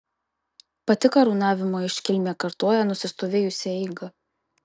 pati karūnavimo iškilmė kartoja nusistovėjusią eigą